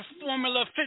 Formula